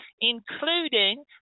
including